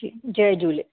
जी जय झूलेलाल